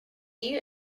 you